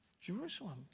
Jerusalem